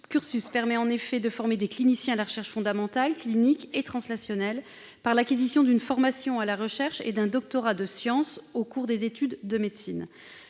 cursus permet en effet de former des cliniciens à la recherche fondamentale, clinique et translationnelle par l'acquisition d'une formation à la recherche et d'un doctorat de sciences, au cours des études de médecine.